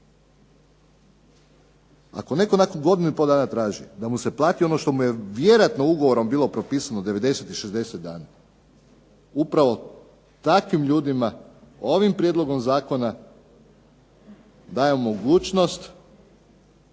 Ako netko nakon godinu i pol dana traži ono što mu je vjerojatno ugovorom bilo propisano 90 i 60 dana, upravo takvim ljudima ovim prijedlogom zakona dajemo mogućnost